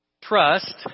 Trust